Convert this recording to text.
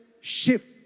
shift